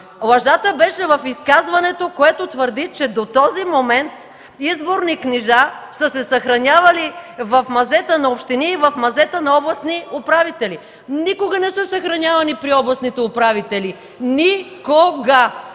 Лъжата беше в изказването, което твърди, че до този момент изборни книжа са се съхранявали в мазета на общини и в мазета на областни управители. Никога не са съхранявани при областните управители. Ни-ко-га!